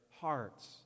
hearts